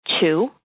Two